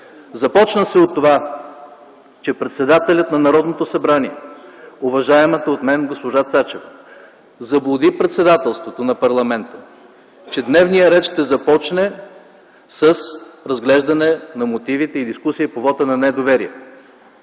Започна се от това, че председателят на Народното събрание – уважаемата от мен госпожа Цачева, заблуди председателството на парламента, че дневният ред ще започне с разглеждане на мотивите и дискусия по вота на недоверие,